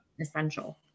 essential